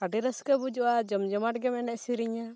ᱟᱹᱰᱤ ᱨᱟᱹᱥᱠᱟᱹ ᱵᱩᱡᱩᱜᱼᱟ ᱡᱚᱢ ᱡᱚᱢᱟᱴ ᱜᱮᱢ ᱮᱱᱮᱡ ᱥᱮᱨᱮᱧᱟ